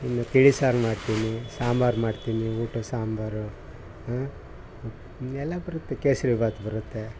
ಇನ್ನು ತಿಳಿಸಾರು ಮಾಡ್ತೀನಿ ಸಾಂಬಾರು ಮಾಡ್ತೀನಿ ಊಟದ ಸಾಂಬಾರು ಇನ್ನೆಲ್ಲ ಬರುತ್ತೆ ಕೇಸರಿಬಾತ್ ಬರುತ್ತೆ